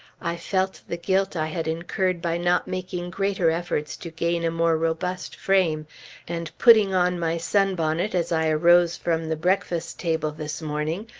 i felt the guilt i had incurred by not making greater efforts to gain a more robust frame and putting on my sunbonnet as i arose from the breakfast-table this morning,